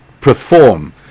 perform